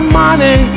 money